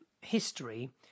history